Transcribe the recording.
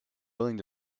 willing